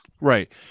Right